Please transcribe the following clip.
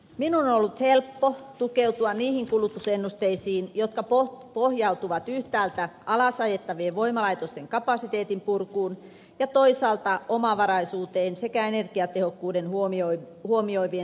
minun on ollut helppo tukeutua niihin kulutusennusteisiin jotka pohjautuvat yhtäältä alasajettavien voimalaitosten kapasiteetin purkuun ja toisaalta omavaraisuuteen sekä energiatehokkuuden huomioivien tavoitteiden varaan